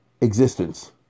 Existence